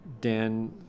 Dan